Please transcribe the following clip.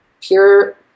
pure